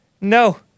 No